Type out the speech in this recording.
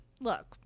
look